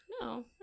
No